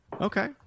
Okay